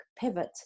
pivot